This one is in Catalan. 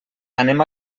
anem